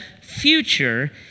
future